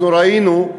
אנחנו ראינו,